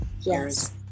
Yes